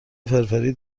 فرفری